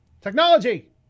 Technology